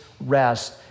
rest